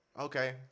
Okay